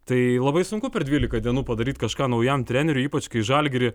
tai labai sunku per dvylika dienų padaryti kažką naujam treneriui ypač kai žalgirį